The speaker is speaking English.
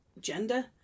gender